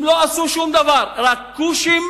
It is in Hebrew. הם לא עשו שום דבר, רק כושים